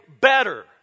better